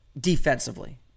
defensively